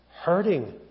hurting